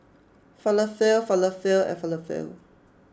Falafel Falafel and Falafel